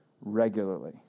regularly